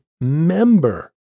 member